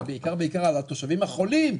ובעיקר על התושבים החולים,